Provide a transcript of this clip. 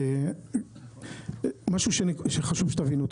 משהו שחשוב שתבינו.